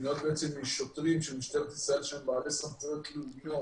שבנויות בעצם משוטרים של משטרת ישראל שהם בעלי סמכויות לאומיות,